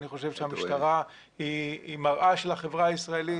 אני חושב שהמשטרה היא מראה של החברה הישראלית,